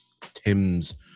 Tim's